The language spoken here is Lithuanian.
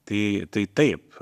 tai tai taip